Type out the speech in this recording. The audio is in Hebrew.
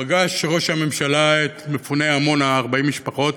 פגש ראש הממשלה את מפוני עמונה, 40 משפחות,